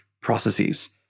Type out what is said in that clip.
processes